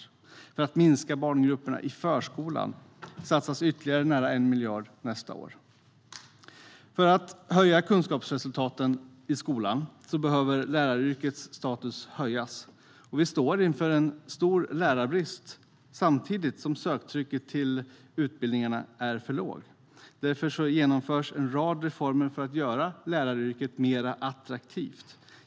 För att minska barngrupperna i förskolan satsas ytterligare nära 1 miljard kronor från och med nästa år. För att höja kunskapsresultaten i skolan behöver läraryrkets status höjas. Vi står inför en stor lärarbrist samtidigt som söktrycket till lärarutbildningen är för lågt. Därför genomförs en rad reformer för att göra läraryrket mer attraktivt.